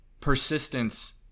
persistence